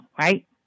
right